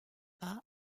pas